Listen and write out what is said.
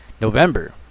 November